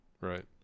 right